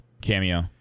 cameo